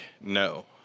No